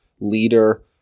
leader